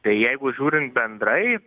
tai jeigu žiūrint bendrai